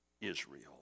Israel